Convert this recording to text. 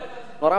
נורא פשוט.